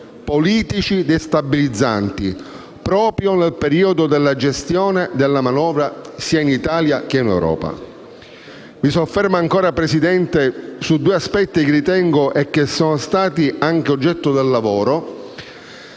politici destabilizzanti, proprio nel periodo della gestione della manovra, sia in Italia che in Europa. Mi soffermo ancora, signor Presidente, su due aspetti che sono stati oggetto del lavoro